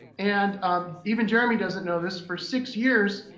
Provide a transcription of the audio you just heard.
and even jeremy doesn't know this, for six years,